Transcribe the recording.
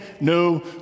no